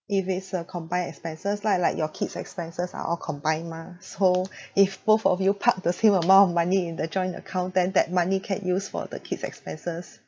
if it's a combined expenses lah like your kids' expenses are all combined mah so if both of you park the same amount of money in the joint account then that money can use for the kids' expenses